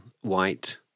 white